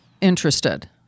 interested